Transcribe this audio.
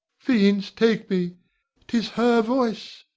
fiends take me tis her voice!